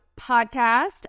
podcast